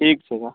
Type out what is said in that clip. ठीक छै तऽ